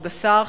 כבוד השר,